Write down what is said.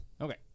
Okay